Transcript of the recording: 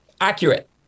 accurate